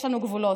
יש לנו גבולות.